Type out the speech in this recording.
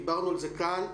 דיברנו על זה כאן.